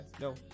no